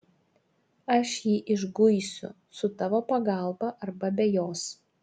aš jį išguisiu su tavo pagalba arba be jos